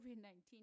COVID-19